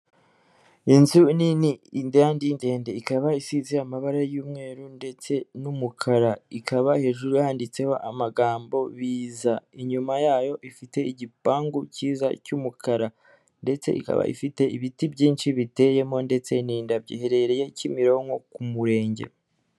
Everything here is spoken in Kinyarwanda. Inzu nini kandi indede, ikaba isize amabara y'umweru ndetse n'umukara, ikaba hejuru yanditseho amagambo biza, inyuma yayo ifite igipangu cyiza cy'umukara, ndetse ikaba ifite ibiti byinshi biteyemo ndetse n'indabo, irereye Kimironko ku murenge.